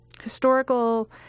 historical